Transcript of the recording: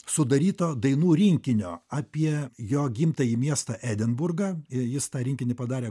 sudaryto dainų rinkinio apie jo gimtąjį miestą edinburgą jis tą rinkinį padarė